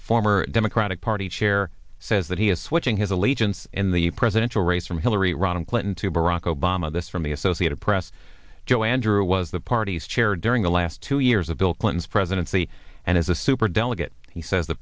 former democratic party chair says that he is switching his allegiance in the presidential race from hillary rodham clinton to barack obama this from the associated press joe andrew was the party's chair during the last two years of bill clinton's presidency and as a superdelegate he says the